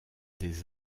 des